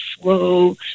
slow